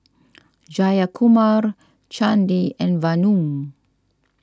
Jayakumar Chandi and Vanu